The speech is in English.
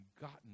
gotten